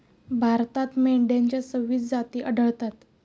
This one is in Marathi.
भारतात मेंढ्यांच्या सव्वीस जाती आढळतात